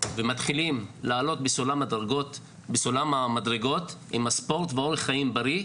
ומתחילים לעלות בסולם הדרגות בסולם המדרגות עם הספורט ואורח חיים בריא,